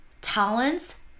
talents